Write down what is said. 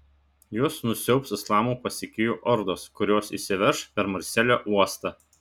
juos nusiaubs islamo pasekėjų ordos kurios įsiverš per marselio uostą